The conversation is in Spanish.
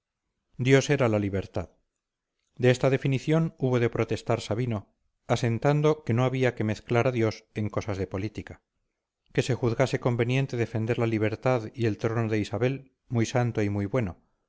dios era la libertad de esta definición hubo de protestar sabino asentando que no había que mezclar a dios en cosas de política que se juzgase conveniente defender la libertad y el trono de isabel muy santo y muy bueno